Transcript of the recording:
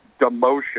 demotion